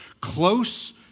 close